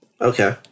Okay